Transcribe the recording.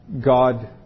God